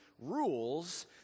rules